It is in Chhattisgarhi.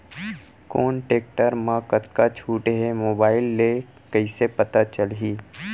कोन टेकटर म कतका छूट हे, मोबाईल ले कइसे पता चलही?